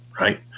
Right